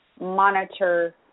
monitor